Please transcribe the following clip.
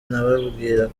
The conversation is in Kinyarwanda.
nababwira